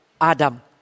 Adam